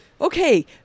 Okay